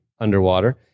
underwater